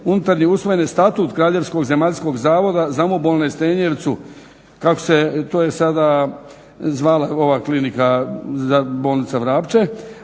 unutarnje usvojene Statut kraljevskog zemaljskog zavoda za umobolne Stenjevcu, kako se to, je sada zvala ova klinika, bolnica Vrapče.